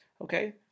okay